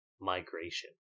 migration